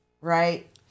right